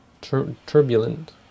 turbulent